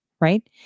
right